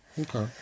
Okay